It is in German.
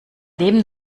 leben